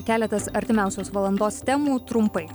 keletas artimiausios valandos temų trumpai